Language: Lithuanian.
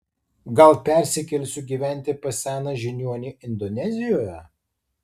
gal persikelsiu gyventi pas seną žiniuonį indonezijoje